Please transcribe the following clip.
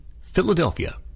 Philadelphia